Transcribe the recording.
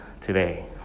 today